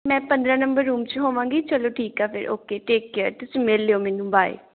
ਮੈਂ ਪੰਦਰ੍ਹਾਂ number room 'ਚ ਹੋਵਾਂਗੀ ਚਲੋ ਠੀਕ ਆ ਫਿਰ ਓਕੇ ਟੇਕ ਕੇਅਰ ਤੁਸੀਂ ਮਿਲ ਲਿਓ ਮੈਨੂੰ ਬਾਏ